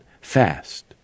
fast